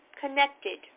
connected